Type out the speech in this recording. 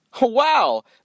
wow